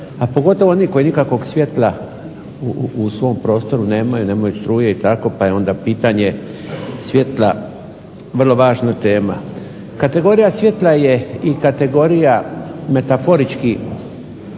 to oni koji nikakvog svjetla u svom prostoru nemaju, nemaju struje itd., pa je onda pitanje svjetla vrlo važna tema. Kategorija svjetla je i kategorija metaforički